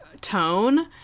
tone